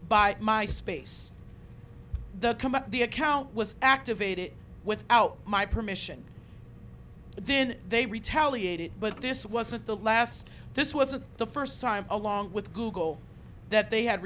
by my space the come up the account was activated without my permission then they retaliated but this wasn't the last this wasn't the first time along with google that they ha